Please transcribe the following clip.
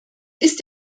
ist